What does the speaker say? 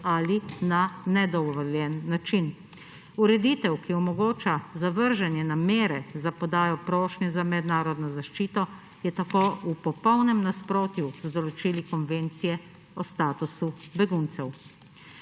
ali nedovoljen način. Ureditev, ki omogoča zavržene namere za podajo prošnje za mednarodno zaščito, je tako v popolnem nasprotju z določili Konvencije o statusu beguncev.